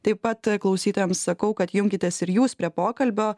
taip pat klausytojams sakau kad junkitės ir jūs prie pokalbio